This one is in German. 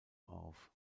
auf